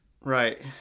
Right